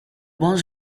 buon